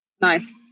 Nice